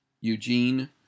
Eugene